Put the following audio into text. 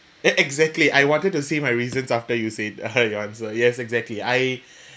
exactly I wanted to say my reasons after you say your answer yes exactly I